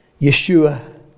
Yeshua